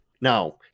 Now